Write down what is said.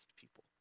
people